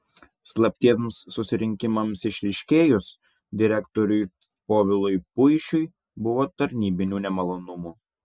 slaptiems susirinkimams išryškėjus direktoriui povilui puišiui buvo tarnybinių nemalonumų